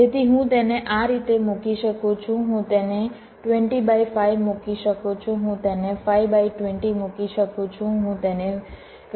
તેથી હું તેને આ રીતે મૂકી શકું છું હું તેને 20 બાય 5 મૂકી શકું છું હું તેને 5 બાય 20 મૂકી શકું છું હું તેને 25 બાય 4 મૂકી શકું છું